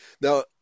Now